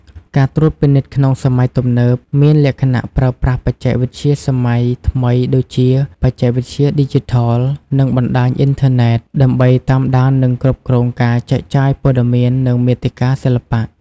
ការត្រួតពិនិត្យក្នុងសម័យទំនើប មានលក្ខណៈប្រើប្រាស់បច្ចេកវិទ្យាសម័យថ្មី ដូចជា បច្ចេកវិទ្យាឌីជីថល និងបណ្ដាញអ៊ីនធឺណេត ដើម្បីតាមដាន និងគ្រប់គ្រងការចែកចាយព័ត៌មាន និងមាតិកាសិល្បៈ។